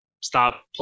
stop